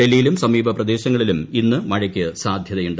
ഡൽഹിയിലും സമീപ പ്രദേശങ്ങളിലും ഇന്നു മഴയ്ക്ക് സാധ്യതയുണ്ട്